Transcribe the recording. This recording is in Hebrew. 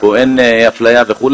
פה אין אפליה וכו',